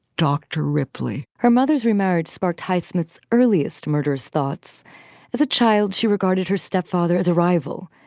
dr. ripley her mother's remarriage sparked highsmith's earliest murders. thoughts as a child, she regarded her stepfather as a rival.